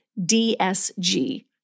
DSG